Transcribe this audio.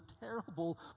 terrible